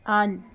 on